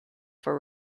for